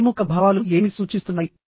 వారి ముఖ భావాలు ఏమి సూచిస్తున్నాయి